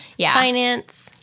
finance